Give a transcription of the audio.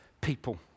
people